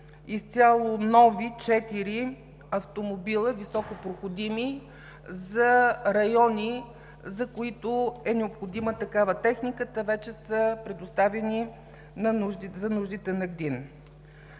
изцяло нови четири високопроходими автомобила за райони, за които е необходима такава техника. Те вече са предоставени за нуждите на ГДИН.